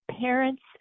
parents